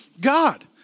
God